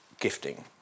gifting